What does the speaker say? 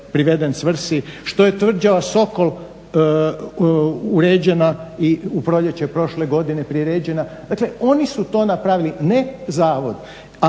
2009.priveden svrsi, što je Tvrđava Sokol uređena i u proljeće prošle godine priređena. Dakle oni su to napravili, a ne zavod.